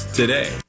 today